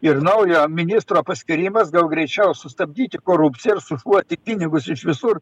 ir naujo ministro paskyrimas daug greičiau sustabdyti korupciją ir sušluoti pinigus iš visur